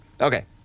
Okay